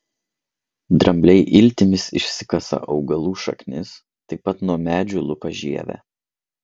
drambliai iltimis išsikasa augalų šaknis taip pat nuo medžių lupa žievę